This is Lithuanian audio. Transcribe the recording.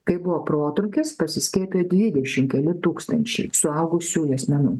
kai buvo protrūkis pasiskiepijo dvidešimt keli tūkstančiai suaugusiųjų asmenų